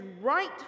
right